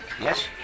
yes